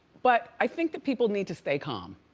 but i think that people need to stay calm.